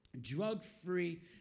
drug-free